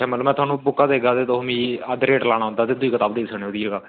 मतलब अंऊ बुक्कां देगा तुसेंगी ते तुसें अद्धा रेट लाना ओह्दा दूई कताब दा